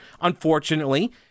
Unfortunately